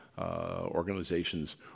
Organizations